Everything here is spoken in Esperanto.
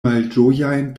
malĝojajn